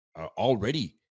already